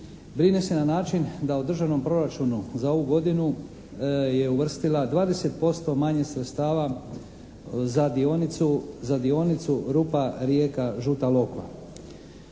Brine se na način da u državnom proračunu za ovu godinu je uvrstila 20% manje sredstava za dionicu Rupa-Rijeka-Žuta Lokva.